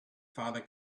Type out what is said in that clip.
father